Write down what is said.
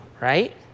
right